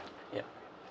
ya